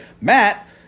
Matt